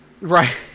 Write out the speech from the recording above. right